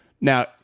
Now